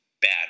bad